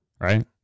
Right